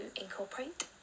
incorporate